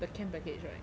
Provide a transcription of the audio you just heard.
the chem package right